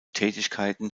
tätigkeiten